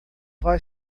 vai